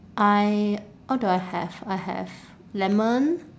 I what do I have I have lemon